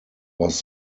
was